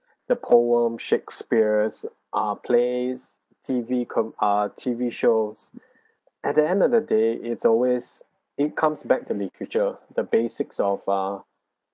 the poem shakespeare's ah plays T_V com~ uh T_V shows at the end of the day it's always it comes back to literature the basics of uh